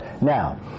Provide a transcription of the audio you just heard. now